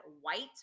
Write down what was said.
white